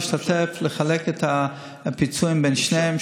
לחלק את הפיצויים בין השניים,